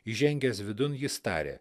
įžengęs vidun jis tarė